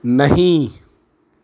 نہیں